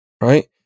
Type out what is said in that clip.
right